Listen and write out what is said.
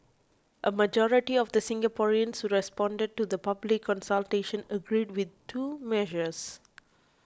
a majority of the Singaporeans who responded to the public consultation agreed with two measures